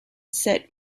set